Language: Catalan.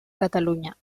catalunya